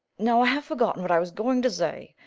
now i have forgotten what i was going to say.